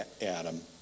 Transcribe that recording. Adam